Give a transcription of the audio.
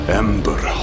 ember